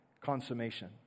consummation